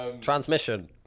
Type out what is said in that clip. transmission